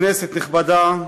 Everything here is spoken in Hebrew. כנסת נכבדה,